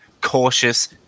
cautious